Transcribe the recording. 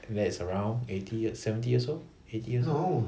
and that's around eighty ye~ seventy years old eighty years old